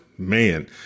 Man